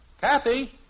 Kathy